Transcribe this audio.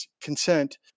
consent